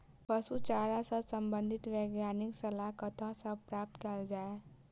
पशु चारा सऽ संबंधित वैज्ञानिक सलाह कतह सऽ प्राप्त कैल जाय?